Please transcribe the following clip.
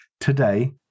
Today